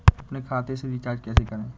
अपने खाते से रिचार्ज कैसे करें?